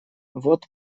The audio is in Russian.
вот